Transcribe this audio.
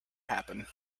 happen